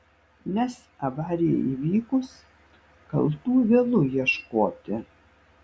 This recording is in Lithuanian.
nes avarijai įvykus kaltų vėlu ieškoti